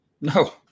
No